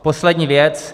Poslední věc.